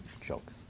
joke